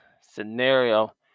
scenario